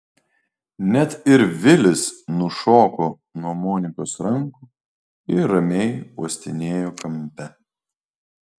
net ir vilis nušoko nuo monikos rankų ir ramiai uostinėjo kampe